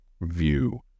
view